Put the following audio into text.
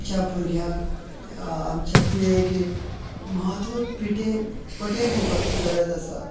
आमच्या भुरग्यांक आमच्या पिळगेक म्हत्व पिठेन पटेन दिवपाची गरज आसा